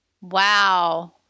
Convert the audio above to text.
wow